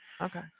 Okay